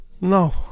No